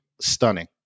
stunning